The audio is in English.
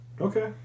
Okay